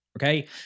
Okay